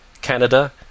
Canada